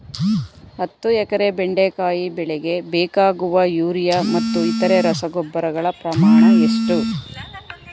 ಹತ್ತು ಎಕರೆ ಬೆಂಡೆಕಾಯಿ ಬೆಳೆಗೆ ಬೇಕಾಗುವ ಯೂರಿಯಾ ಮತ್ತು ಇತರೆ ರಸಗೊಬ್ಬರಗಳ ಪ್ರಮಾಣ ಎಷ್ಟು?